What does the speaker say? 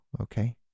okay